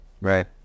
Right